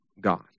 God